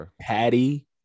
Patty